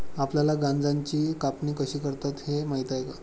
आपल्याला गांजाची कापणी कशी करतात हे माहीत आहे का?